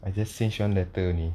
I just change one letter only